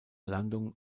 landung